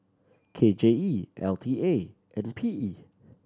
K J E L T A and P E